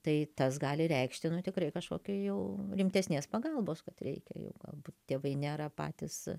tai tas gali reikšti nu tikrai kažkokį jau rimtesnės pagalbos kad reikia jau galbūt tėvai nėra patys